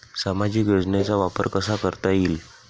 सामाजिक योजनेचा वापर कसा करता येईल?